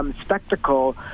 spectacle